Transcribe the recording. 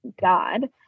God